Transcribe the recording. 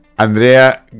andrea